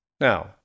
Now